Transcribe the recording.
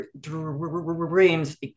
dreams